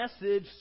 message